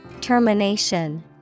Termination